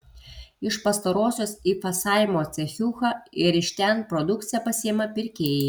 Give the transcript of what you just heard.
iš pastarosios į fasavimo cechiuką ir iš ten produkciją pasiima pirkėjai